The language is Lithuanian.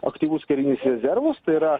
aktyvius karinius rezervus tai yra